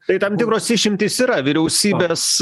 tai tam tikros išimtys yra vyriausybės